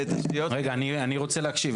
רגע, אני רוצה להקשיב.